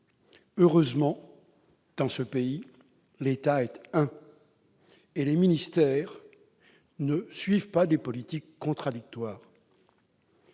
Heureusement, dans notre pays, l'État est un, et les ministères ne suivent pas des politiques contradictoires.